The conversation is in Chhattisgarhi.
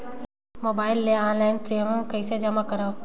मोबाइल ले ऑनलाइन प्रिमियम कइसे जमा करों?